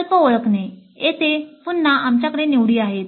प्रकल्प ओळखणे येथे पुन्हा आमच्याकडे निवडी आहेत